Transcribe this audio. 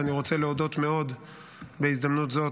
ואני רוצה להודות מאוד בהזדמנות זו